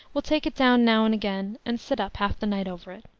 will take it down now and again, and sit up half the night over it.